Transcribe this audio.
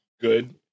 good